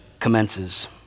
commences